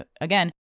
again